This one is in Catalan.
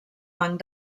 banc